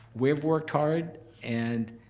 we've worked hard and